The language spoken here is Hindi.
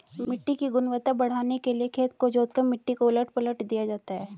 मिट्टी की गुणवत्ता बढ़ाने के लिए खेत को जोतकर मिट्टी को उलट पलट दिया जाता है